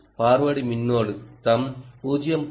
forward மின்னோட்டம் 0